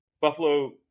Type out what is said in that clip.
Buffalo